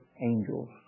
angels